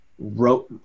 wrote